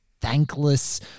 thankless